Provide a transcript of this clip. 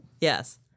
Yes